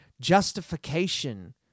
justification